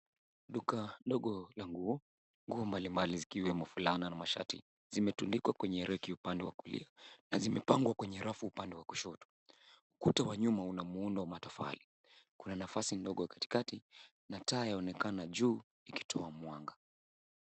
Duka ndogo la nguo. Nguo mbali mbali zikiwemo fulana na mashati zimetundikwa kwenye reki upande wa kulia na zimepangwa kwenye rafu upande wa kushoto ukuta wa nyuma inamuundo wa matofali na kuna nafasi ndogo katikati na taa yaonekana juu likitoa mwanga.